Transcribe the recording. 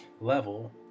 level